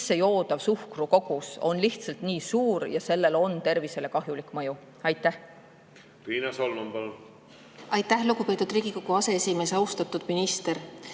sissejoodav suhkrukogus on lihtsalt nii suur ja sellel on tervisele kahjulik mõju. Aitäh, lugupeetud Riigikogu aseesimees! Austatud minister!